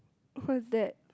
what's that